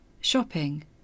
shopping